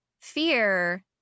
fear